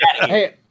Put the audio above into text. Hey